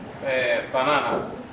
banana